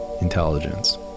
intelligence